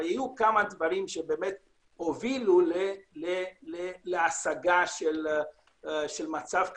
אבל היו כמה דברים שהובילו להשגה של מצב כזה.